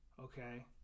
okay